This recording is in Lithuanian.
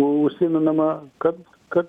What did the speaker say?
užsimenama kad kad